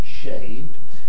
shaped